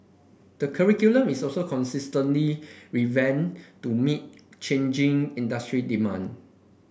the curriculum is also constantly revamped to meet changing industry demand